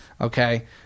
okay